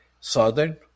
Southern